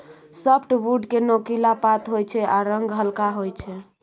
softwood केँ नोकीला पात होइ छै आ रंग हल्का होइ छै